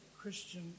Christian